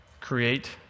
create